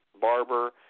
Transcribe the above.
Barber